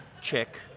chick